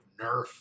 Nerf